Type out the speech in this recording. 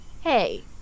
Hey